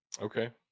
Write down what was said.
Okay